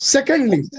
Secondly